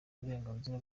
uburenganzira